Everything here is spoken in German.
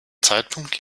zeitpunkt